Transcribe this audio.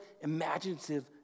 imaginative